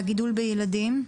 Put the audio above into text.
והגידול בילדים?